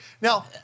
Now